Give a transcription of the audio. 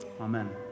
Amen